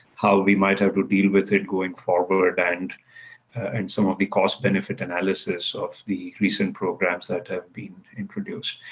how we might have to deal with it going forward and and some of the cost benefit analysis of the recent programs that have been introduced.